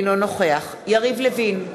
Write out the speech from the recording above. אינו נוכח יריב לוין,